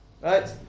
Right